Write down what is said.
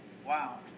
Wow